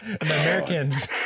Americans